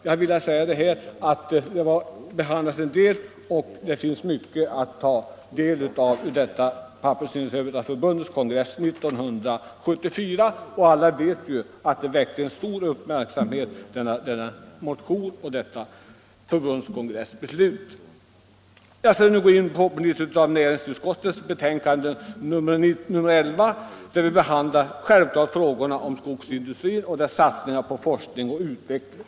En del frågor har alltså behandlats, och det finns mycket att ta del av i handlingarna från Pappersindustriarbetareförbundets kongress 1974. Alla vet också att förbundskongressens beslut väckte stor uppmärksamhet. Näringsutskottets förevarande betänkande nr 11 behandlar frågor om skogsindustrin och denna industris satsningar på forskning och utveckling.